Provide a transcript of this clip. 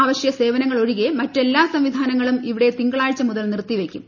അവശ്യസേവനങ്ങളൊഴികെ മറ്റെല്ലാ സംവിധാനങ്ങളും ഇവിടെ തിങ്കളാഴ്ച മുതൽ നിർത്തി വയ്ക്കും